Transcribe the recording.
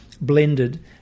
blended